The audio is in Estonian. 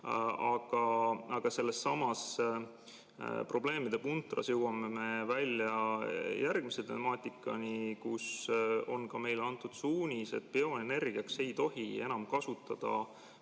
aga sellessamas probleemipuntras jõuame välja järgmise temaatikani, kus on ka meile antud suunised. Bioenergiaks ei tohi enam kasutada